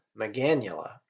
Meganula